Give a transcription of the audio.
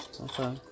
Okay